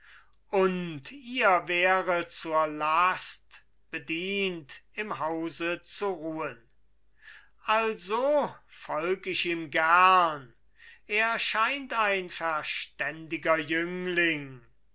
und ihr wäre zur last bedient im hause zu ruhen also folg ich ihm gern er scheint ein verständiger jüngling